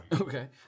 Okay